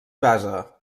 basa